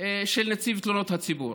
של נציב תלונות הציבור.